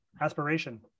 Aspiration